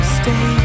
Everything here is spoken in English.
stay